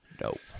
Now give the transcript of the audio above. Nope